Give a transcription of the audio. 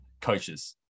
coaches